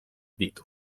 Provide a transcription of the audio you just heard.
ditu